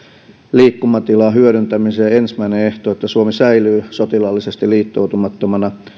liikkumatilan hyödyntämisen ensimmäinen ehto on että suomi säilyy sotilaallisesti liittoumattomana